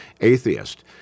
atheist